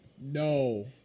No